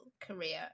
career